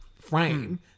frame